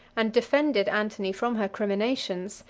and defended antony from her criminations,